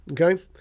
Okay